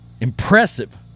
impressive